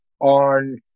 on